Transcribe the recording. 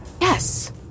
Yes